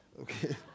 Okay